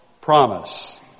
promise